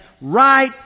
right